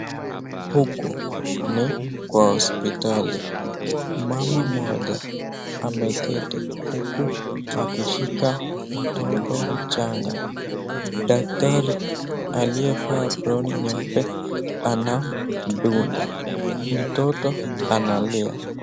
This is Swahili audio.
Huku ni kwa hospitali. Mama mmoja ameketi huku akishika mtoto mchanga. Daktari aliyevaa aproni nyeupe anamdunga. Mtoto analia.